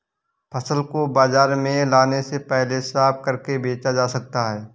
फसल को बाजार में लाने से पहले साफ करके बेचा जा सकता है?